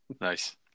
Nice